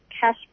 cash